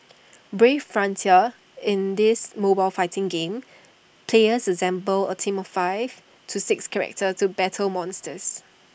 brave frontier in this mobile fighting game players assemble A team of five to six characters to battle monsters